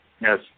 Yes